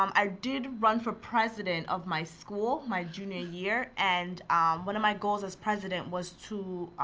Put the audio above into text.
um i did run for president of my school my junior year. and one of my goals as president was to